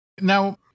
Now